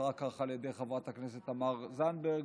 אחר כך על ידי חברת הכנסת תמר זנדברג